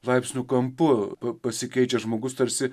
laipsnių kampu pasikeičia žmogus tarsi